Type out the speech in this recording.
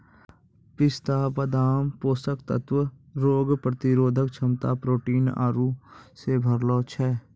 पिस्ता बादाम पोषक तत्व रोग प्रतिरोधक क्षमता प्रोटीन आरु से भरलो छै